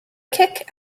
kick